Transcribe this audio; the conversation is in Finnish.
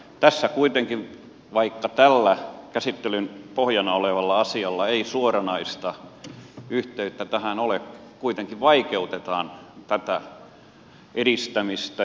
tässä kuitenkin vaikka tällä käsittelyn pohjana olevalla asialla ei suoranaista yhteyttä tähän ole kuitenkin vaikeutetaan tätä edistämistä